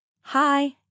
Hi